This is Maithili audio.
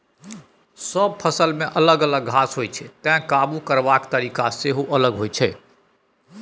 सब फसलमे अलग अलग घास होइ छै तैं काबु करबाक तरीका सेहो अलग होइ छै